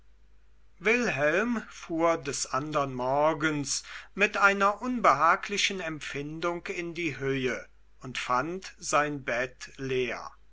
wilhelm fuhr des andern morgens mit einer unbehaglichen empfindung in die höhe und fand sein bett leer